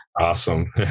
Awesome